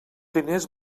diners